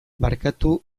barkatu